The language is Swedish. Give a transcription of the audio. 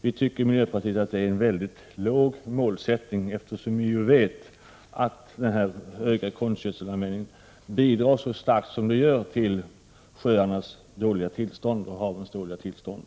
Vi tycker i miljöpartiet att det är en mycket låg målsättning, eftersom vi vet att den höga konstgödselanvändningen bidrar starkt till sjöarnas och havens dåliga tillstånd.